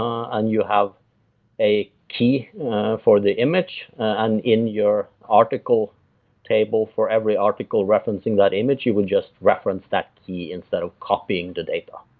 um and you have a key for the image and in your article table for every article referencing that image, you would just reference that key instead of copying the data